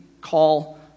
call